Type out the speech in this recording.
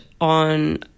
on